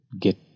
get